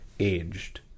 Aged